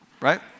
right